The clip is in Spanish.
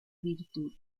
virtud